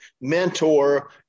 mentor